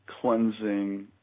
cleansing